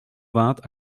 vingt